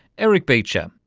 eric beecher.